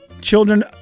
children